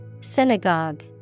Synagogue